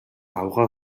авгай